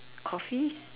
Coffee